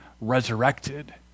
resurrected